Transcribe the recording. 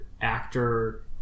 actor